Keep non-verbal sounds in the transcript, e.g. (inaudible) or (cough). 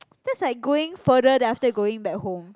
(noise) that's like going further then after that going back home